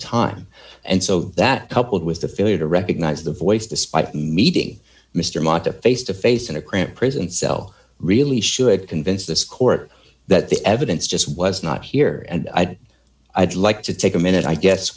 time and so that coupled with the failure to recognize the voice despite meeting mr mata face to face in a cramped prison cell really should convince this court that the evidence just was not here and i'd i'd like to take a minute i guess